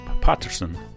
Patterson